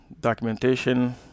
documentation